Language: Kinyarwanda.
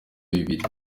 bibiri